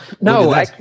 No